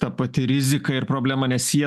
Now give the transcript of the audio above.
ta pati rizika ir problema nes jie